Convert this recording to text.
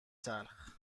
تلخ